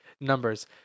numbers